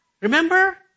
Remember